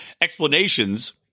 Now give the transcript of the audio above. explanations